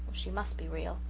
she must be real,